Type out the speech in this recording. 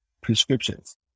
prescriptions